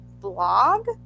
blog